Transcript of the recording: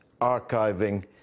archiving